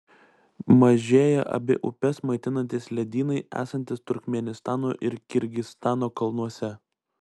mažėja abi upes maitinantys ledynai esantys turkmėnistano ir kirgizstano kalnuose